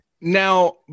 Now